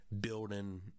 building